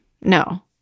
No